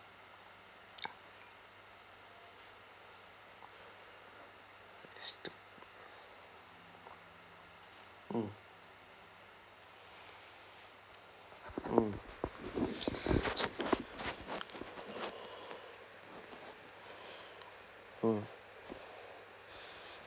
mm mm mm